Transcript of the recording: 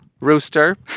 Rooster